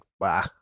wow